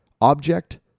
object